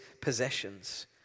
possessions